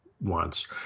wants